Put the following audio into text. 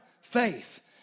Faith